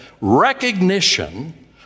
Recognition